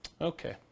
Okay